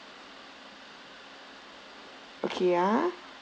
okay ah